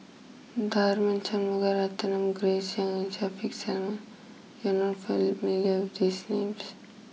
Tharman Shanmugaratnam Grace young and Shaffiq Selamat you are not familiar these names